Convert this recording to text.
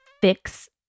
fix